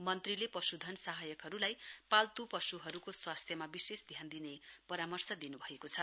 मन्त्रीले पश्धन सहायकहरूलाई पाल्त् पश्हरूको स्वास्थ्यमा विशेष ध्यान दिने परामर्श दिन्भएको छ